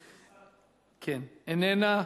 איננה.